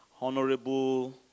Honorable